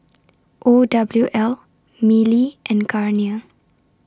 O W L Mili and Garnier